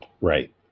Right